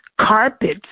carpets